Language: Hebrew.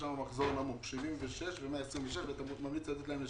שם שהמחזור נמוך 76 ו-126 ואתה ממליץ לתת להן לשנה?